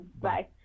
Bye